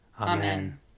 Amen